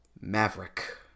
Maverick